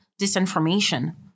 disinformation